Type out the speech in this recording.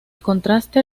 contraste